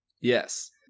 Yes